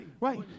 Right